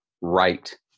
right